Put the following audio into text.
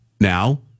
Now